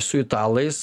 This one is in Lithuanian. su italais